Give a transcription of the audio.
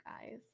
guys